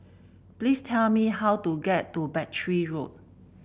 please tell me how to get to Battery Road